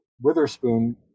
Witherspoon